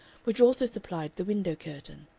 which also supplied the window-curtain.